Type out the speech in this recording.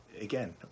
again